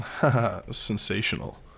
Sensational